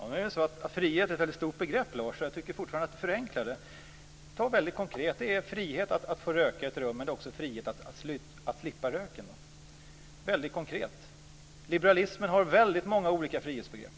Herr talman! Frihet är ett väldigt omfattande begrepp. Jag tycker fortfarande att Lars förenklar det. Väldigt konkret: Det är frihet att få röka i ett rum men det är också frihet att slippa röken. Liberalismen har väldigt många olika frihetsbegrepp.